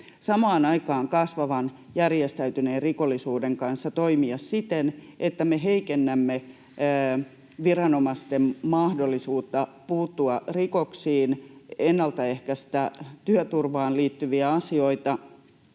samaan aikaan kasvavan järjestäytyneen rikollisuuden kanssa toimia siten, että me heikennämme viranomaisten mahdollisuutta puuttua rikoksiin, ennaltaehkäistä työturvaan liittyviä asioita,